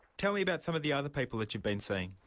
tell me about some of the other people that you've been seeing.